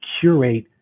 curate